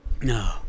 No